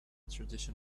tradition